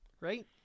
right